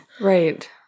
Right